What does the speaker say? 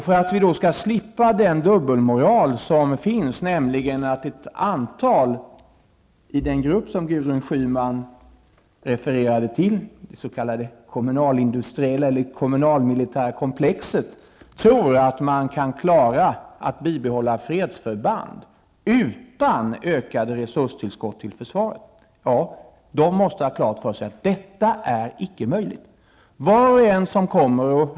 För att vi skall slippa den dubbelmoral som finns, nämligen detta att vissa i den grupp som Gudrun kommunalindustriella eller kommunalmilitära komplexet, tror att man kan klara att bibehålla fredsförband utan ökade resurstillskott till försvaret, vill jag understryka att vederbörande måste ha klart för sig att detta icke är möjligt.